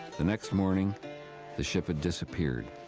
the next morning the ship had disappeared,